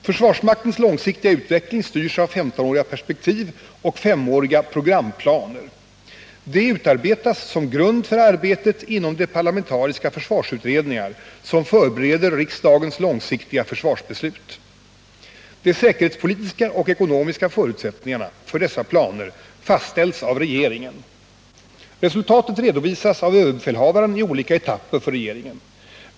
Försvarsmaktens långsiktiga utveckling styrs av 15-åriga perspektivoch S-åriga programplaner. De utarbetas som grund för arbetet inom de parlamentariska försvarsutredningar, som förbereder riksdagens långsiktiga försvarsbeslut. De säkerhetspolitiska och ekonomiska förutsättningarna för dessa planer fastställs av regeringen. Resultatet redovisas av överbefälhavaren i olika etapper för regeringen.